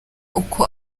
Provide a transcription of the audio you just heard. uko